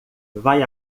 vai